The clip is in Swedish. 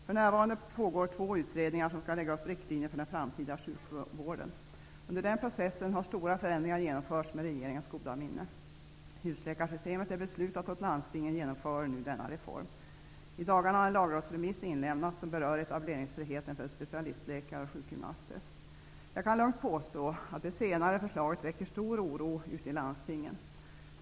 För närvarande pågår två utredningar som skall lägga upp riktlinjer för den framtida sjukvården. Under den processen har stora förändringar genomförts med regeringens goda minne. Husläkarsystemet är beslutat, och landstingen genomför nu denna reform. I dagarna har en lagrådsremiss inlämnats som berör etableringsfriheten för specialistläkare och sjukgymnaster. Jag kan lugnt påstå att det senare förslaget väcker stor oro ute i våra landsting.